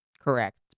correct